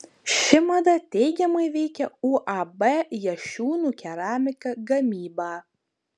ši mada teigiamai veikia uab jašiūnų keramika gamybą